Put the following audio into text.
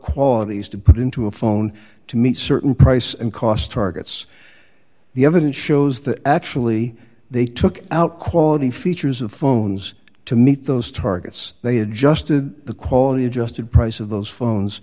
qualities to put into a phone to meet certain price and cost targets the evidence shows that actually they took out quality features of phones to meet those targets they adjusted the quality adjusted price of those phones